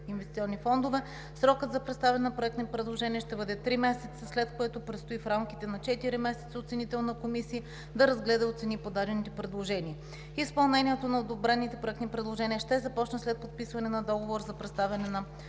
инвестиционни фондове, срокът за представяне на проектни предложения ще бъде три месеца, след което предстои в рамките на четири месеца оценителна комисия да разгледа и оцени подадените предложения. Изпълнението на одобрените проектни предложения ще започне след подписване на Договор за представяне на